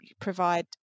provide